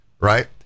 right